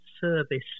service